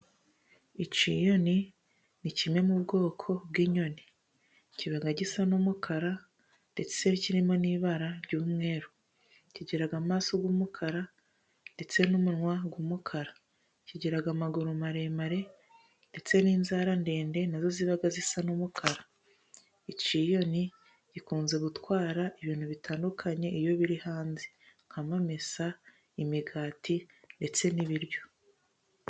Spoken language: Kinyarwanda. Ikiyoni ni kimwe mu bwoko bw'inyoni. Kiba gisa n'umukara ndetse kirimo n'ibara ry'umweru. Kigira amaso y'umukara ndetse n'umunwa wumukara. Kigira amaguru maremare ndetse n'inzara ndende na zo ziba zisa n'umukara. Ikiyoni gikunze gutwara ibintu bitandukanye, iyo biri hanze nk'amamesa, imigati ndetse n'ibiryo.